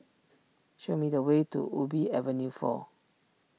show me the way to Ubi Avenue four